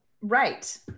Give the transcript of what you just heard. Right